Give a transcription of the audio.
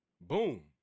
Boom